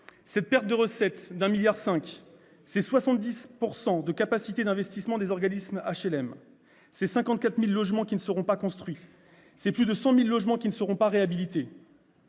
Cette perte de recettes de 1,5 milliard d'euros, c'est 70 % de la capacité d'investissement des organismes d'HLM, c'est 54 000 logements qui ne seront pas construits, c'est plus de 100 000 logements qui ne seront pas réhabilités.